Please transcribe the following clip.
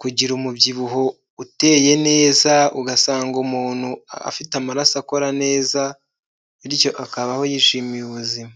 kugira umubyibuho uteye neza ugasanga umuntu afite amaraso akora neza bityo akabaho yishimiye ubuzima.